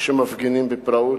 שמפגינים בפראות,